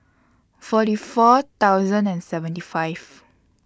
forty four thousand and seventy five